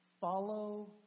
follow